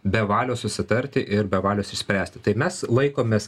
be valios susitarti ir be valios išspręsti tai mes laikomės